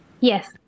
Yes